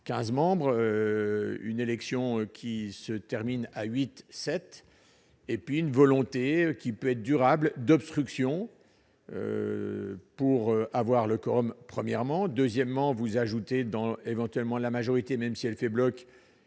15 membres, une élection qui se termine à 8 7 et puis une volonté qui peut être durable d'obstruction pour avoir le quorum, premièrement, deuxièmement vous ajoutez dans éventuellement la majorité même si elle fait bloc